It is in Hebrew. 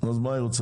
אז ניפגש